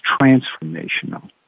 transformational